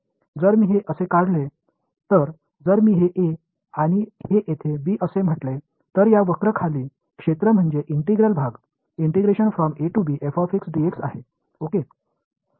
जर मी हे असे काढले तर जर हे a आणि हे येथे b असे म्हटले तर या वक्र खाली क्षेत्र म्हणजे इंटिग्रल भाग आहे ओके